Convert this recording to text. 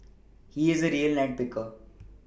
he is a real nine picker